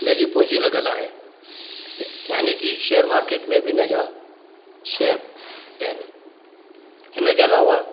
मुंहिंजी पूंजी लॻियल आहे यानी की शेयर मार्केट में बि इनजा शेयर आहिनि हिनजे अलावा